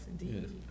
indeed